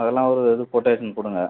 அதெல்லாம் ஒரு இது கொட்டேஷன் கொடுங்க